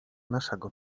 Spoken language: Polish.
naszego